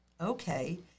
Okay